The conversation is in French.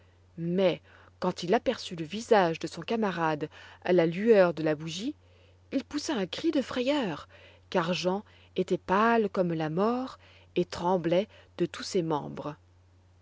mais quand il aperçut le visage de son camarade à la lueur de la bougie il poussa un cri de frayeur car jean était pâle comme la mort et tremblait de tous ses membres